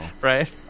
Right